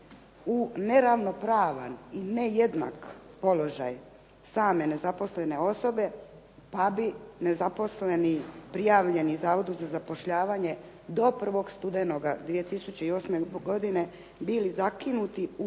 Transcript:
u neravnopravan i nejednak položaj same nezaposlene osobe pa bi nezaposleni, prijavljeni Zavodu za zapošljavanje do 1. studenoga 2008. godine bili zakinuti u